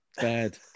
Bad